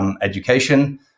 education